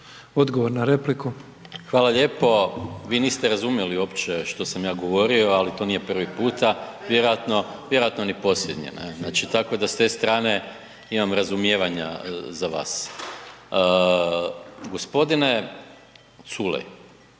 Gordan (SDP)** Hvala lijepo. Vi niste razumjeli uopće što sam ja govorio, ali to nije prvi puta. Vjerojatno ni posljednji. Znači tako da s te strane imam razumijevanja za vas. Gospodine Culej,